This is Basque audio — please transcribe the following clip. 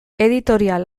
editorial